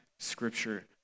scripture